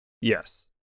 Yes